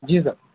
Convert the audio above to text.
جی سر